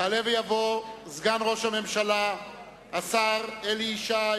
(חותם על ההצהרה) יעלה ויבוא סגן ראש הממשלה השר אלי ישי